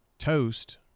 toast